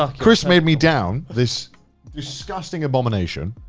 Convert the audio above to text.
ah chris made me down this disgusting abomination.